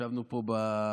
ישבנו פה במליאה,